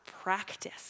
practice